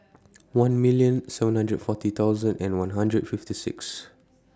one million seven hundred forty thousand and one hundred fifty six